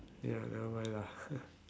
ya never mind lah